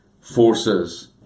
forces